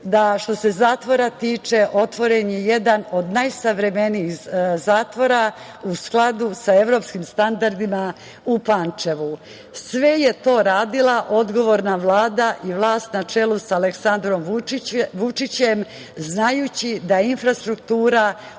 Što se zatvora tiče, otvoren je jedan od najsavremenijih zatvora u skladu sa evropskim standardima u Pančevu. Sve je to radila odgovorna Vlada i vlast na čelu sa Aleksandrom Vučićem, znajući da je infrastruktura od